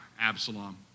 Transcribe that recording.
Absalom